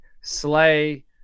Slay